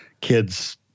kids